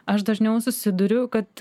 aš dažniau susiduriu kad